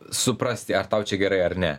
suprasti ar tau čia gerai ar ne